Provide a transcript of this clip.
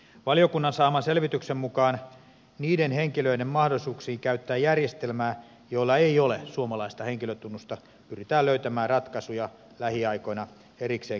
valiokunnan saaman selvityksen mukaan niiden henkilöiden joilla ei ole suomalaista henkilötunnusta mahdollisuuksiin käyttää järjestelmää pyritään löytämään ratkaisuja lähiaikoina erikseen käynnistettävissä hankkeissa